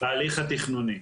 בהליך התכנוני.